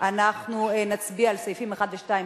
ואנחנו נצביע על סעיפים 1 ו-2,